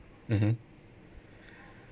mmhmm